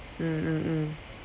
mm mm mm